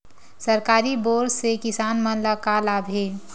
सरकारी बोर से किसान मन ला का लाभ हे?